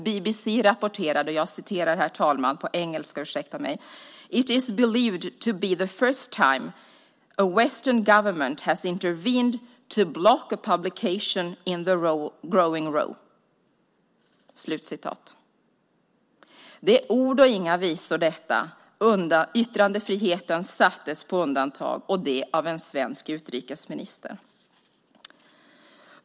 BBC rapporterade: "It is believed to be the first time a Western government has intervened to block a publication in the growing row." Det är ord och inga visor. Yttrandefriheten sattes på undantag, och det av en svensk utrikesminister.